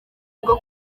rwo